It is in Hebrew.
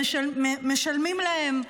שמשלמים להם,